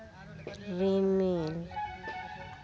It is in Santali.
ᱨᱤᱢᱤᱞ